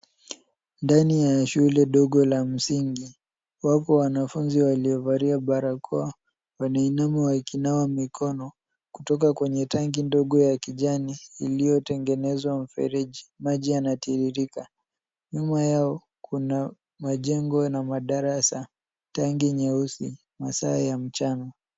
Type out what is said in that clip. Ndani ya shule ndogo la msingi. Wapo wanafunzi waliovalia barakoa. Wanainama wakinawa mikono kutoka kwenye tangi ndogo ya kijani iliyotengenezwa mifereji. Maji yanatiririka. Nyuma yao kuna majengo na madarasa. Tangi nyeusi masaa ya mchana.